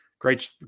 great